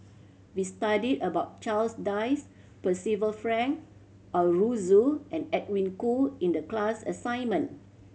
we studied about Charles Dyce Percival Frank Aroozoo and Edwin Koo in the class assignment